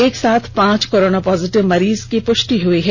एक साथ पाँच कोरोना पॉजिटिव मरीज की प्रष्टि हई है